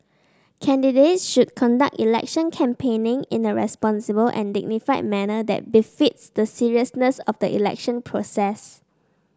candidates should conduct election campaigning in a responsible and dignified manner that befits the seriousness of the election process